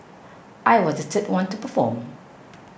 I was the third one to perform